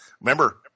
Remember